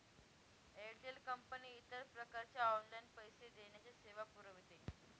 Airtel company इतर प्रकारच्या online पैसे देण्याच्या सेवा पुरविते